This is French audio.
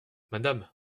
madame